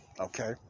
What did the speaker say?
Okay